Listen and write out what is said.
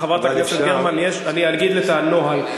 חברת הכנסת גרמן, אני אגיד את הנוהל.